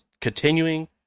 continuing